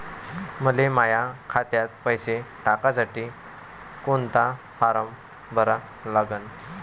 मले माह्या खात्यात पैसे टाकासाठी कोंता फारम भरा लागन?